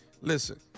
Listen